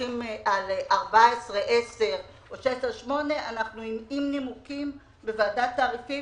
על 14/10 או על 16/8 עם נימוקים לוועדת תעריפים,